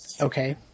Okay